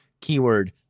Keyword